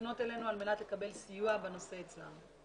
לפנות אלינו על מנת לקבל סיוע בנושא אצלן.